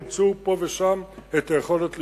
ימצאו פה ושם את היכולת לפעול.